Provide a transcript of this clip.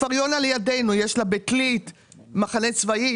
לכפר יונה לידינו יש את בית ליד מחנה צבאי.